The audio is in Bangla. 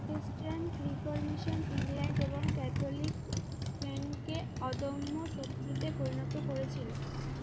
প্রোটেস্ট্যান্ট রিফর্মেশন ইংল্যান্ড এবং ক্যাথলিক স্পেনকে অদম্য শত্রুতে পরিণত করেছিলো